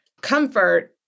comfort